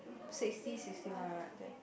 sixty sixty one right there